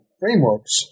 frameworks